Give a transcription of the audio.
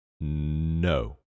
No